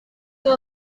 que